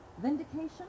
Vindication